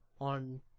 on